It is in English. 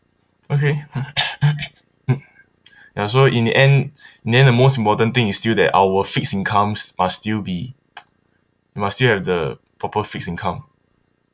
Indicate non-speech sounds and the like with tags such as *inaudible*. okay *noise* ya so in the end *breath* then the most important thing is still that our fixed incomes must still be *noise* you must still have the proper fixed income